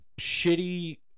shitty